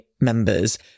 members